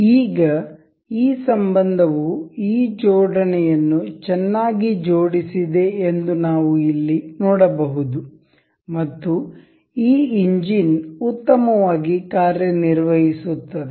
ಈಗ ಈ ಸಂಬಂಧವು ಈ ಜೋಡಣೆಯನ್ನು ಚೆನ್ನಾಗಿ ಜೋಡಿಸಿದೆ ಎಂದು ನಾವು ಇಲ್ಲಿ ನೋಡಬಹುದು ಮತ್ತು ಈ ಇಂಜಿನ್ ಉತ್ತಮವಾಗಿ ಕಾರ್ಯನಿರ್ವಹಿಸುತ್ತದೆ